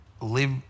live